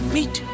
Meet